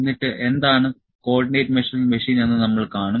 എന്നിട്ട് എന്താണ് coordinate measuring machine എന്ന് നമ്മൾ കാണും